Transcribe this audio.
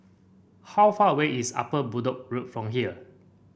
how far away is Upper Bedok Road from here